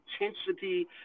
intensity